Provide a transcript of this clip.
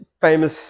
famous